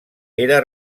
era